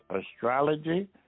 astrology